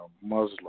Muslim